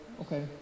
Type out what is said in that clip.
Okay